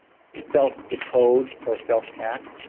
self-decode or self-tact.